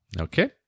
Okay